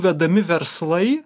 vedami verslai